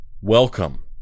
Welcome